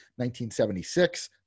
1976